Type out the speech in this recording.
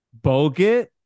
Bogut